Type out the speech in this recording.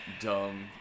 dumb